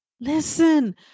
Listen